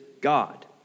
God